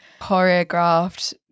choreographed